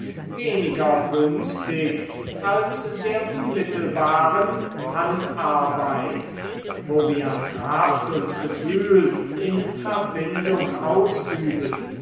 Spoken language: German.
weniger günstig als der unmittelbaren handarbeit wo wir kraft und gefühl in verbindung ausüben